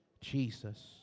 Jesus